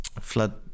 flood